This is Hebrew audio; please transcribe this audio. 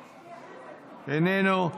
איננו,